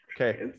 Okay